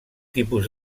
tipus